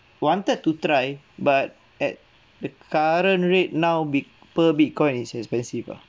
wanted to try but at the current rate now with per bitcoin is expensive ah